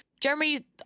jeremy